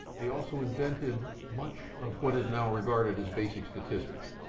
they also invented much of what is now regarded as basic statistics.